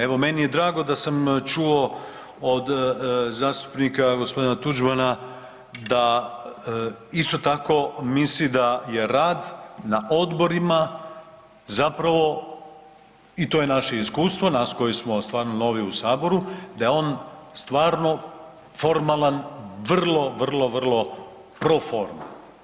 Evo meni je drago da sam čuo od zastupnika gospodina Tuđmana da isto tako misli da je rad na odborima i to je naše iskustvo, nas koji smo novi u Saboru, da je on stvarno formalan vrlo, vrlo, vrlo pro forme.